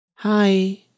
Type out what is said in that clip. Hi